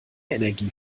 energie